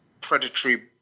predatory